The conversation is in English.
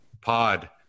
pod